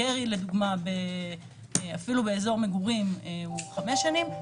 לדוגמה, ירי אפילו באזור מגורים עונשו חמש שנים.